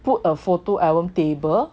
put a photo album table